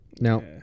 Now